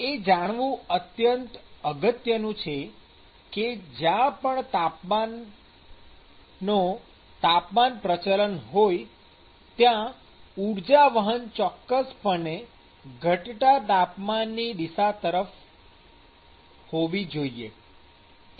એ જાણવું અત્યંત અગત્યનું છે કે જ્યાં પણ તાપમાનનો તાપમાન પ્રચલન હોય ત્યાં ઊર્જાવહન ચોક્કસપણે ઘટતા તાપમાન ની દિશા તરફ જ હોવી જોઈએ